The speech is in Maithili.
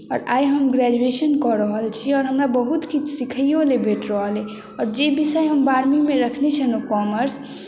आओर आइ हम ग्रेजुएशन कऽ रहल छी आओर हमरा बहुत किछु सिखैओ लेल भेट रहल अइ आओर जे विषय हम बारहवीँमे रखने छलहुँ कॉमर्स